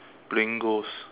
playing ghost